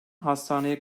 hastaneye